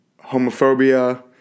homophobia